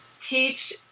teach